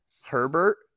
Herbert